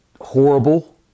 horrible